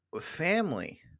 family